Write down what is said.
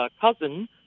cousin